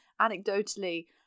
anecdotally